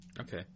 Okay